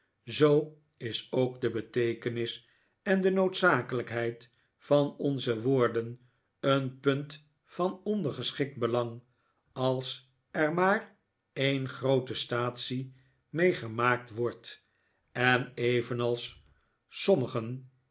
zoo is ook de beteekenis en de noodzakelijkheid van onze woorden een punt van ondergeschikt belang als er maar een groote staatsie mee gemaakt wordt en evenals sommigen